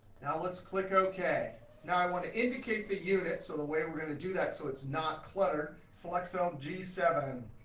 now, let's click ok. now, i want to indicate the unit. so the way we're going to do that so it's not cluttered, select cell g seven,